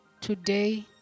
Today